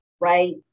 right